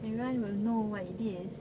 everyone will know what it is